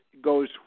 goes